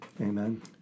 Amen